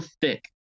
thick